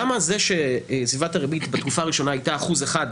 למה זה שסביבת הריבית בתקופה הראשונה הייתה אחוז אחד,